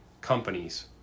companies